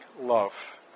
love